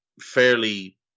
fairly